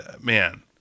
man